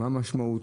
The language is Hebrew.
מה המשמעות.